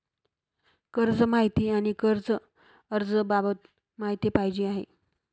कर्ज माहिती आणि कर्ज अर्ज बाबत माहिती पाहिजे आहे